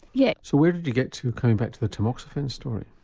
yes. so where did you get to coming back to the tamoxifen story?